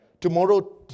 Tomorrow